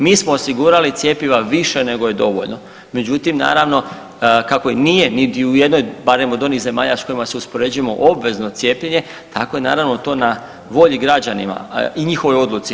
Mi smo osigurali cjepiva više nego je dovoljno, međutim naravno kako nije niti u jednoj barem od onih zemalja s kojima se uspoređujemo obvezno cijepljenje, tako je naravno to na volji građanima i njihovoj odluci.